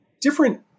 different